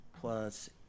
plus